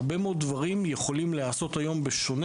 הרבה מאוד דברים יכולים להיעשות היום בשונה